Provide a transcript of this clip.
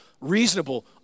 reasonable